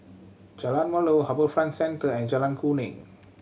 Jalan Melor HarbourFront Centre and Jalan Kuning